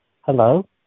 Hello